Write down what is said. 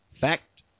Fact